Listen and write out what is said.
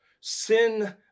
Sin